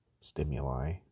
stimuli